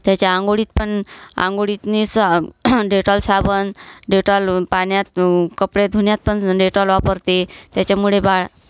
त्याच्या आंघोळीत पण आंघोळीत नेसा डेटॉल साबण डेटॉल पाण्यात कपडे धुण्यात पण डेटॉल वापरते त्याच्यामुळे बाळ